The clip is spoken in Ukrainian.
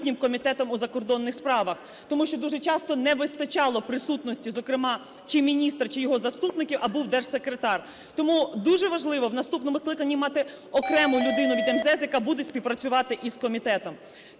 дуже важливо в наступному скликанні мати окрему людину від МЗС, яка буде співпрацювати із комітетом.